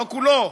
לא כולו,